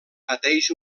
pateix